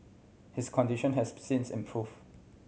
his condition has since improved